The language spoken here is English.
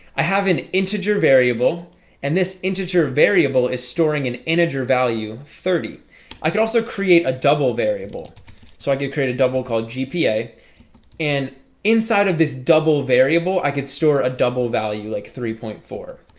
i have an integer variable and this integer variable is storing an integer value thirty i could also create a double variable so i could create a double called gpa and inside of this double variable. i could store a double value like three point four.